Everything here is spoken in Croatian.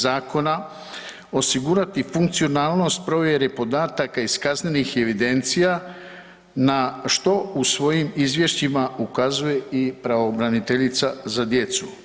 Zakona osigurati funkcionalnost provjere podataka iz kaznenih evidencija na što u svojim izvješćima ukazuje i pravobraniteljica za djecu.